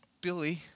Billy